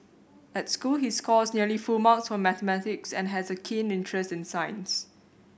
at school he scores nearly full marks for mathematics and has a keen interest in science